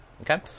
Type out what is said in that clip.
okay